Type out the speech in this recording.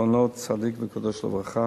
זכר צדיק וקדוש לברכה.